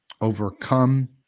overcome